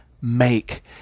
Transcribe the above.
make